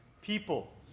People